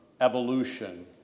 evolution